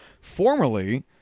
formerly